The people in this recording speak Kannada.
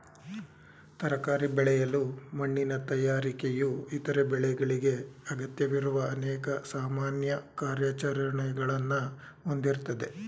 ತರಕಾರಿ ಬೆಳೆಯಲು ಮಣ್ಣಿನ ತಯಾರಿಕೆಯು ಇತರ ಬೆಳೆಗಳಿಗೆ ಅಗತ್ಯವಿರುವ ಅನೇಕ ಸಾಮಾನ್ಯ ಕಾರ್ಯಾಚರಣೆಗಳನ್ನ ಹೊಂದಿರ್ತದೆ